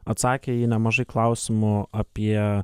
atsakė į nemažai klausimų apie